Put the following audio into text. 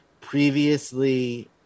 previously